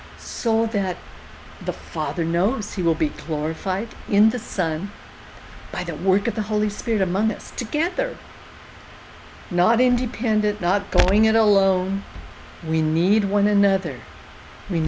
so that the father knows he will be floor fight in the sun by that work of the holy spirit among us together not independent not going it alone we need one another we